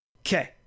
okay